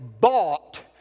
bought